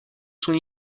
son